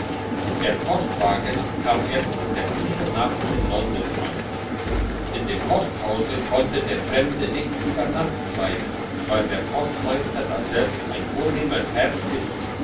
der postwagen kam erst in der tiefen nacht in london an in dem posthause konnte der fremde nicht über nacht bleiben weil der postmeister daselbst ein vornehmer herr ist